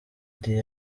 dieu